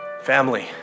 Family